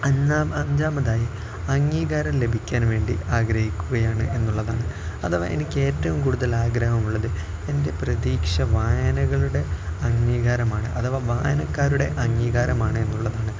അഞ്ചാമതായി അംഗീകാരം ലഭിക്കാൻ വേണ്ടി ആഗ്രഹിക്കുകയെന്നുള്ളതാണ് അഥവാ എനിക്കേറ്റവും കൂടുതൽ ആഗ്രഹമുള്ളത് എൻ്റെ പ്രതീക്ഷ വായനകളുടെ അംഗീകാരമാണ് അഥവാ വായനക്കാരുടെ അംഗീകാരമാണെന്നുള്ളതാണ്